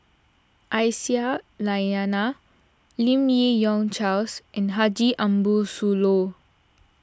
Aisyah Lyana Lim Yi Yong Charles and Haji Ambo Sooloh